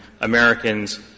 Americans